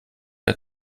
der